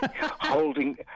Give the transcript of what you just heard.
holding